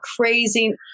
crazy